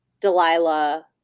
Delilah